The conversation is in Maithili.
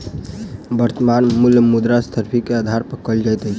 वर्त्तमान मूल्य मुद्रास्फीति के आधार पर कयल जाइत अछि